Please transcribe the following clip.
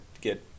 get